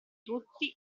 tutti